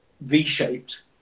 V-shaped